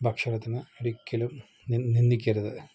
ഭക്ഷണത്തിനെ ഒരിക്കലും നിന്ദിക്കരുത്